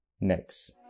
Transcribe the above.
next